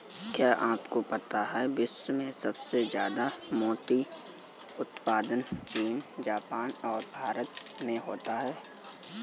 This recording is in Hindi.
क्या आपको पता है विश्व में सबसे ज्यादा मोती उत्पादन चीन, जापान और भारत में होता है?